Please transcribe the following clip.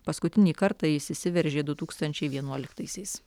paskutinį kartą jis išsiveržė du tūkstančiai vienuoliktaisiais